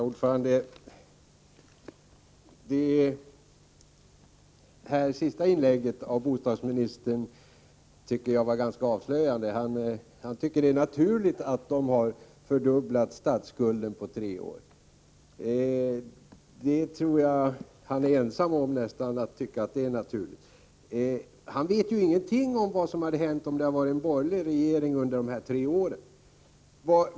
Herr talman! Det sista inlägget av bostadsministern tycker jag var ganska avslöjande. Han tycker att det är naturligt att man har fördubblat statsskulden på tre år. Det tror jag han är nästan ensam om. Bostadsministern vet ingenting om vad som hade hänt om det hade varit en borgerlig regering under dessa tre år.